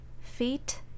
Feet